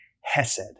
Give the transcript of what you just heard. Hesed